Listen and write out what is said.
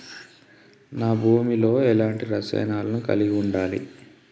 నా భూమి లో ఎలాంటి రసాయనాలను కలిగి ఉండాలి?